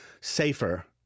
safer